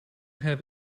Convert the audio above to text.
have